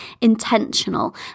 intentional